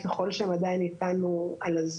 ככל שהם עדיין איתנו בזום.